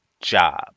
job